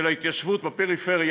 של ההתיישבות בפריפריה,